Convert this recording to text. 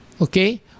okay